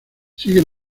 sigue